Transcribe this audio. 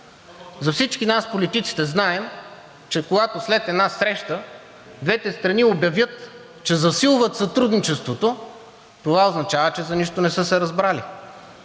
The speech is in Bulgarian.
Всички ние политиците знаем, че когато след една среща двете страни обявят, че засилват сътрудничеството, това означава, че за нищо не са се разбрали.